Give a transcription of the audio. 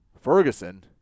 Ferguson